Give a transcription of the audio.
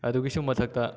ꯑꯗꯨꯒꯤꯁꯨ ꯃꯊꯛꯇ